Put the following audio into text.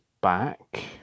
Back